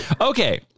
Okay